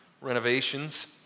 renovations